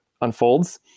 unfolds